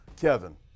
Kevin